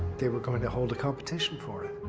they were going to hold a competition for it.